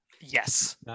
Yes